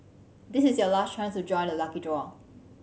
this is your last chance to join the lucky draw